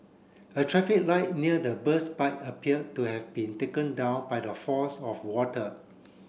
a traffic light near the burst pipe appear to have been taken down by the force of water